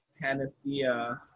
panacea